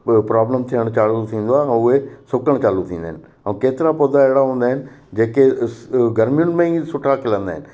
ब प्रोब्लम थियण चालू थींदो आहे ऐं उहे सुकण चालू थींदा आहिनि ऐं केतिरा पौधा अहिड़ा हूंदा आहिनि जेके स गर्मियुनि में ई सुठा खिलंदा आहिनि